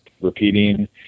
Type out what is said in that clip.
repeating